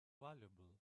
valuable